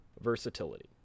versatility